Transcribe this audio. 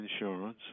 insurance